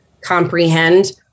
comprehend